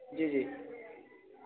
جی جی